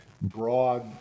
broad